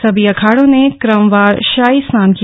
सभी अखाड़ों ने क्रमवार शाही स्नान किया